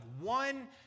one